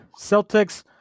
Celtics